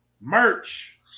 merch